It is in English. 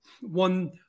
one